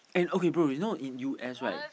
and okay bro you know in U_S right